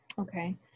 Okay